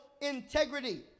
integrity